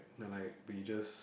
you know like bridges